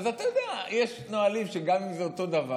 אתה יודע, יש נהלים שגם אם זה אותו דבר,